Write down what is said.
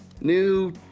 New